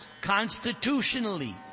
constitutionally